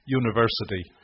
university